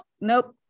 nope